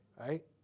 Right